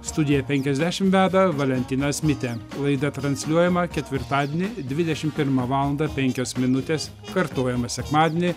studija penkiasdešimt veda valentinas mitė laida transliuojama ketvirtadienį dvidešimt pirmą valandą penkios minutės kartojama sekmadienį